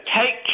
take